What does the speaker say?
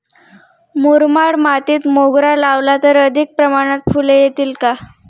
मुरमाड मातीत मोगरा लावला तर अधिक प्रमाणात फूले येतील का?